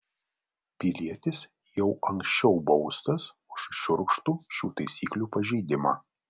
pilietis jau anksčiau baustas už šiurkštų šių taisyklių pažeidimą